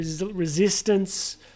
resistance